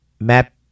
Map